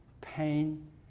pain